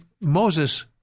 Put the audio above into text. Moses